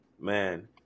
man